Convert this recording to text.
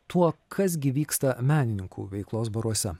tuo kas gi vyksta menininkų veiklos baruose